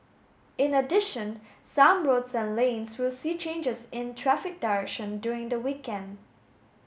in addition some roads and lanes will see changes in traffic direction during the weekend